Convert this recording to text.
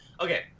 Okay